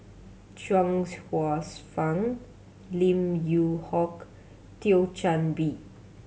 Chuang Hsueh Fang Lim Yew Hock Thio Chan Bee